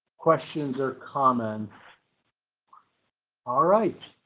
questions are common all right,